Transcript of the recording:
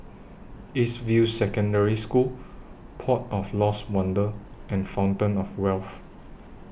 East View Secondary School Port of Lost Wonder and Fountain of Wealth